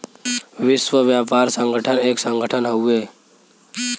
विश्व व्यापार संगठन एक संगठन हउवे